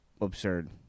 absurd